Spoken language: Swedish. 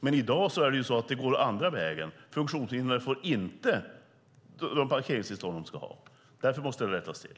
Men i dag går det andra vägen, så att funktionshindrade inte får de parkeringstillstånd de ska ha. Det måste rättas till.